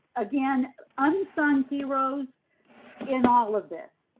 again unsung heroes in all of this,